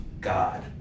God